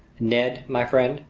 ned my friend,